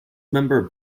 member